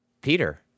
Peter